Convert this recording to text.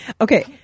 okay